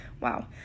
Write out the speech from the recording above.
wow